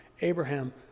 Abraham